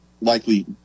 likely